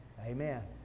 Amen